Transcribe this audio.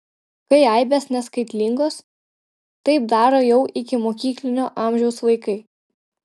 kai aibės neskaitlingos taip daro jau ikimokyklinio amžiaus vaikai